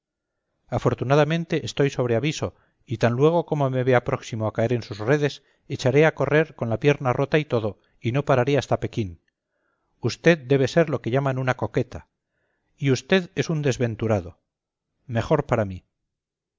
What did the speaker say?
afortunadamente estoy sobre aviso y tan luego como me vea próximo a caer en sus redes echaré a correr con la pierna rota y todo y no pararé hasta pekín usted debe ser lo que llaman una coqueta y usted es un desventurado mejor para mí